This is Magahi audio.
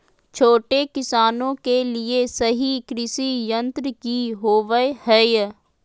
छोटे किसानों के लिए सही कृषि यंत्र कि होवय हैय?